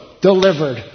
delivered